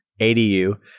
ADU